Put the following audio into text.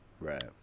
Right